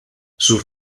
sus